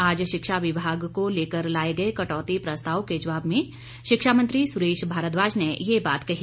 आज शिक्षा विभाग को लेकर लाए गए कटौती प्रस्ताव के जवाब में शिक्षा मंत्री सुरेश भारद्वाज ने ये बात कही